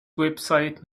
website